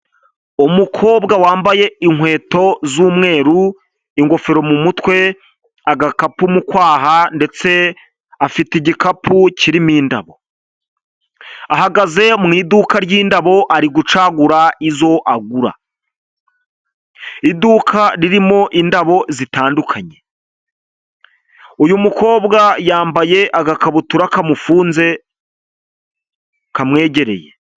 Umukobwa wambaye inkweto z'umweru, ingofero mu mutwe, agakapu mu kwaha, ndetse afite igikapu kirimo indabo, ahagaze mu iduka ry'indabo ari gucagura izo agura, iduka ririmo indabo zitandukanye, uyu mukobwa yambaye agakabutura kamufunze, kamwegereye.